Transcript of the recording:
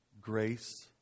grace